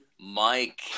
Mike